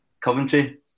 Coventry